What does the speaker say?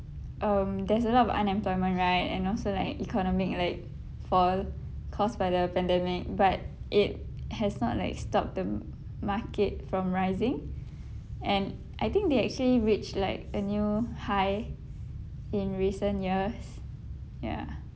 um there's a lot of unemployment right and also like economic like fall caused by the pandemic but it has not like stopped the market from rising and I think they actually reached like a new high in recent years ya